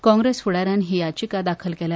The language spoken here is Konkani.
काँग्रेस फुडाऱ्यान हि याचिका दाखल केल्या